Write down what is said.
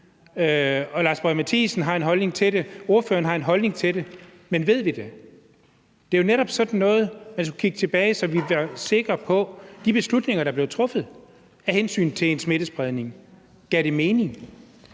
Lars Boje Mathiesen har en holdning til det, og ordføreren har en holdning til det, men ved vi det? Det er jo netop sådan noget, vi skulle kigge tilbage på, så vi blev sikre på, at de beslutninger, der blev truffet for at forhindre smittespredning, gav mening.